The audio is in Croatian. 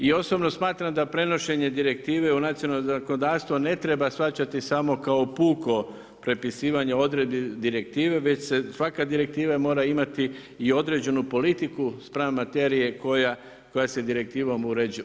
I osobno smatram da prenošenje direktive u nacionalno zakonodavstvo ne treba shvaćati samo kao puko prepisivanje odredbi direktive već svaka direktiva mora imati i određenu politiku spram materije koja se direktivnom uređuje.